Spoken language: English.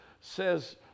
says